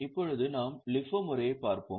இப்போது நாம் LIFO முறையைப் பார்ப்போம்